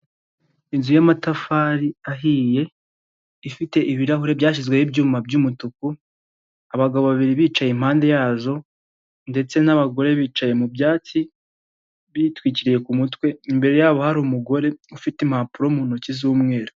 Inzu y'amatafari ahiye ifite ibirahureri byashyizweho ibyuma by'umutuku, abagabo babiri bicaye impande yazo ndetse n'abagore bicaye mu byatsi bitwikiriye ku mutwe, imbere yabo hari umugore ufite impapuro mu ntoki z'umweru.